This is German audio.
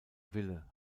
wille